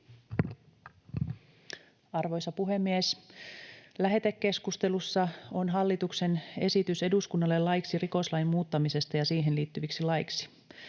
Arvoisa puhemies! Lähetekeskustelussa on hallituksen esitys eduskunnalle laiksi rikoslain muuttamisesta ja siihen liittyviksi laeiksi.